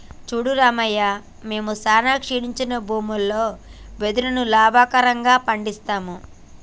సూడు రామయ్య మేము సానా క్షీణించి భూములలో వెదురును లాభకరంగా పండిస్తాము